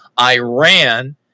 Iran